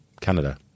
Canada